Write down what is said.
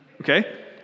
okay